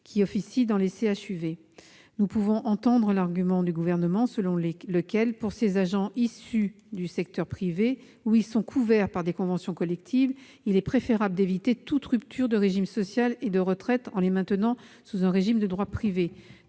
officiant dans les CHUV. Nous pouvons entendre l'argument du Gouvernement selon lequel, pour ses agents issus du secteur privé, où ils sont couverts par des conventions collectives, il est préférable d'éviter toute rupture de régime social et de retraite, en les maintenant sous un régime de droit privé.